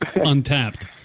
Untapped